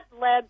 led